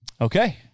Okay